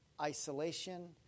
isolation